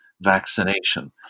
vaccination